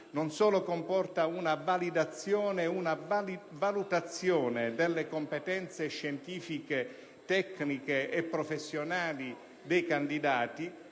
una validazione e una valutazione delle competenze scientifiche, tecniche e professionali dei candidati,